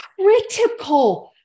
critical